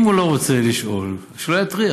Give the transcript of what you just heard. אם הוא לא רוצה לשאול, שלא יטריח.